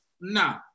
no